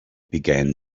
began